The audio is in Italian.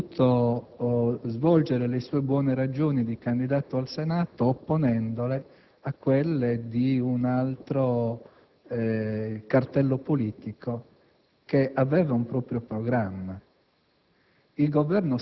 abbia potuto esprimere le sue buone ragioni di candidato al Senato, opponendole a quelle di un altro cartello politico che aveva un proprio programma.